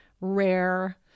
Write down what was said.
rare